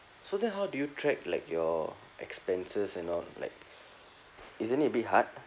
so then how do you track like your expenses and all like isn't it bit hard